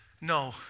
no